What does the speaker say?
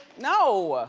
no!